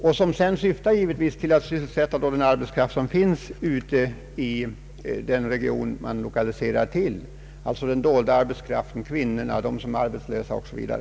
Därigenom skapas möjligheter för att sysselsätta den arbetskraft som finns i den region man lokaliserar till, alltså den dolda arbetskraften, kvinnorna, arbetslösa osv.